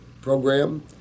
program